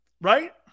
Right